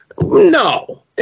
No